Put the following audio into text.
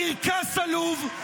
קרקס עלוב.